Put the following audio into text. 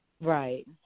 Right